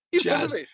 jazz